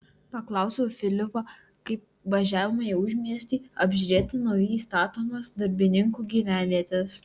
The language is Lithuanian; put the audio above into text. paklausiau filipo kai važiavome į užmiestį apžiūrėti naujai statomos darbininkų gyvenvietės